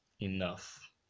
enough